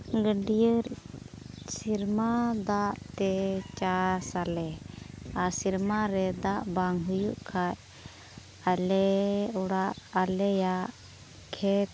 ᱜᱟᱹᱰᱭᱟᱹ ᱥᱮᱨᱢᱟ ᱫᱟᱜ ᱛᱮ ᱪᱟᱥ ᱟᱞᱮ ᱟᱨ ᱥᱮᱨᱢᱟ ᱨᱮ ᱫᱟᱜ ᱵᱟᱝ ᱦᱩᱭᱩᱜ ᱠᱷᱟᱱ ᱟᱞᱮ ᱚᱲᱟᱜ ᱟᱞᱮᱭᱟᱜ ᱠᱷᱮᱛ